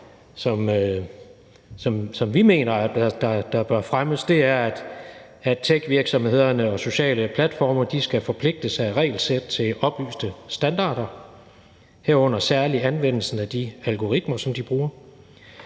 som vi mener bør fremmes, handler om, at techvirksomhederne og de sociale platforme skal forpligtes af regelsæt til oplyste standarder, herunder særlig anvendelsen af de algoritmer, som de bruger.